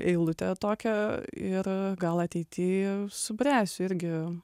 eilutę tokią ir gal ateity subręsiu irgi